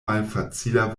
malfacila